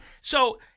So-